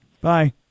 Bye